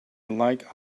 like